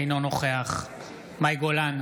אינו נוכח מאי גולן,